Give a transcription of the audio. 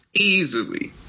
Easily